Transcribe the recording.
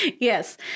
Yes